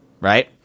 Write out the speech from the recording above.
right